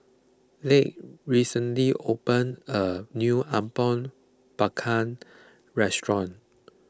Lige recently opened a new Apom Berkuah restaurant